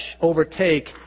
overtake